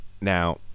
Now